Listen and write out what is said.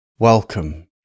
Welcome